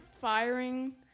firing